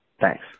Thanks